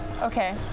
Okay